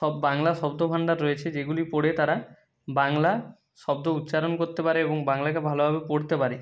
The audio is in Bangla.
সব বাংলা শব্দভাণ্ডার রয়েছে যেগুলি পড়ে তারা বাংলা শব্দ উচ্চারণ করতে পারে এবং বাংলাকে ভালোভাবে পড়তে পারে